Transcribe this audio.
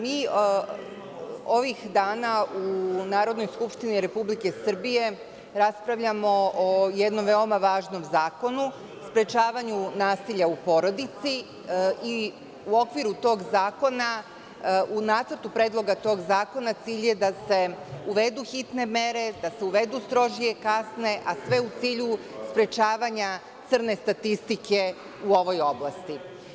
Mi ovih dana u Narodnoj skupštini Republike Srbije raspravljamo o jednom veoma važnom zakonu, sprečavanju nasilja u porodici i u okviru tog zakona, u Nacrtu predloga tog zakona cilj je da se uvedu hitne mere, da se uvedu strožije kazne, a sve u cilju sprečavanja crne statistike u ovoj oblasti.